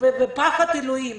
וזה פחד אלוהים,